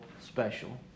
special